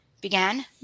began